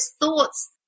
thoughts